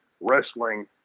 wrestling